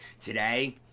today